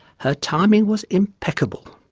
her timing was impeccable.